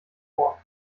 vor